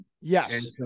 Yes